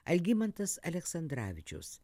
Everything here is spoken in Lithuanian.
algimantas aleksandravičius